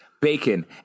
bacon